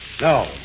No